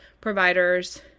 provider's